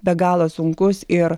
be galo sunkus ir